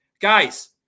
guys